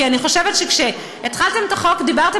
כי אני חושבת שכשהתחלתם את החוק דיברתם